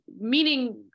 meaning